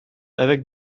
avec